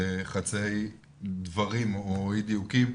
של חצאי דברים או אי דיוקים.